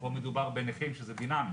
פה מדובר בנכים שזה דינמי.